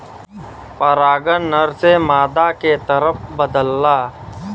परागन नर से मादा के तरफ बदलला